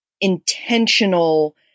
intentional